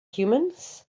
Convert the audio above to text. humans